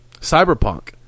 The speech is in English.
Cyberpunk